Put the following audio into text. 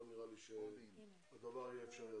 לא נראה לי שהדבר יהיה אפשרי,